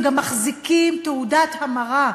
הם גם מחזיקים תעודת המרה,